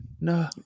no